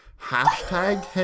hashtag